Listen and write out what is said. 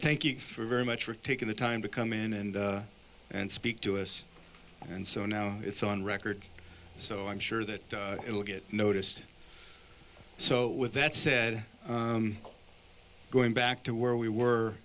thank you very much for taking the time to come in and and speak to us and so now it's on record so i'm sure that it will get noticed so with that said going back to where we were